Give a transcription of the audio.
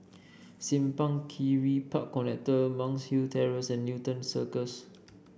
Simpang Kiri Park Connector Monk's Hill Terrace and Newton Circus